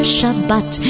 Shabbat